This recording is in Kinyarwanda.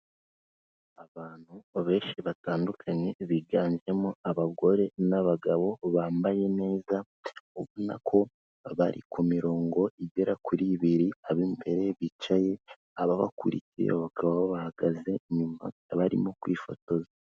Abantu benshi batandukanye biganjemo abagore n'abagabo bambaye neza, ubona ko bari ku mirongo igera kuri ibiri ab'imbere bicaye ababakurikiye bakaba babahagaze inyuma bakaba barimo kwifotoza.